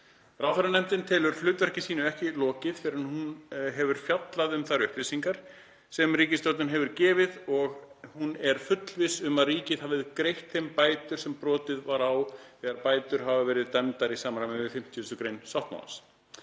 Ráðherranefndin telur hlutverki sínu ekki lokið fyrr en hún hefur fjallað um þær upplýsingar sem ríkisstjórnin hefur gefið og hún er fullviss um að ríkið hafi greitt þeim bætur sem brotið var á þegar bætur hafa verið dæmdar í samræmi við 50. gr. sáttmálans.